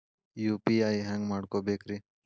UPI ಹ್ಯಾಂಗ ಮಾಡ್ಕೊಬೇಕ್ರಿ?